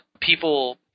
people